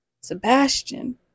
Sebastian